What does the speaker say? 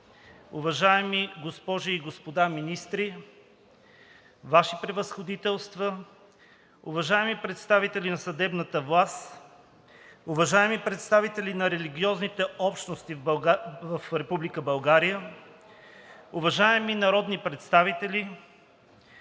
уважаеми госпожи и господа министри, Ваши Превъзходителства, уважаеми представители на съдебната власт, уважаеми представители на религиозните общности в Република България, уважаеми народни представители!